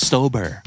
Sober